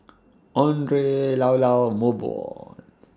Andre Llao Llao Mobot